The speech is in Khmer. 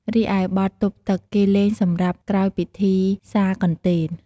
រីឯបទទប់ទឺក គេលេងសម្រាប់ក្រោយពិធីសាកន្ទេល។